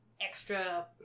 extra